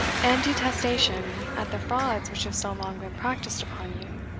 and detestation at the frauds which have so long been practised upon you